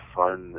fun